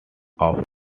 off